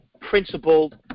principled